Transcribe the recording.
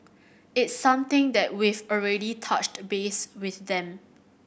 it's something that we've already touched base with them